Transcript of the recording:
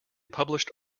published